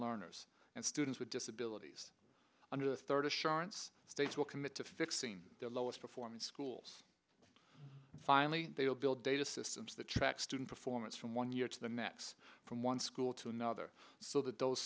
learners and students with disability these under the third assurance states will commit to fixing their lowest performing schools finally they will build data systems that track student performance from one year to the next from one school to another so that those